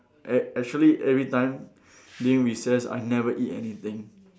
act~ actually every time during recess I never eat anything